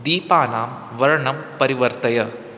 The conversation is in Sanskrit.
दीपानां वर्णं परिवर्तय